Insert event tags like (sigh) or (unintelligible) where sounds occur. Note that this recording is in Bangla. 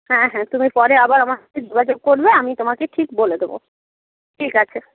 হ্যাঁ হ্যাঁ তুমি পরে আবার আমার (unintelligible) যোগাযোগ করবে আমি তোমাকে ঠিক বলে দেবো ঠিক আছে